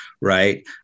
right